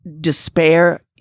despair